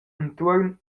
entuorn